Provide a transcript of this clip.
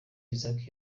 isaac